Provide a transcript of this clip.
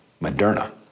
Moderna